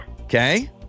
Okay